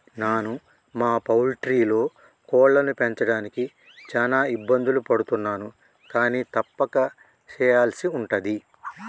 నాను మా పౌల్ట్రీలో కోళ్లను పెంచడానికి చాన ఇబ్బందులు పడుతున్నాను కానీ తప్పక సెయ్యల్సి ఉంటది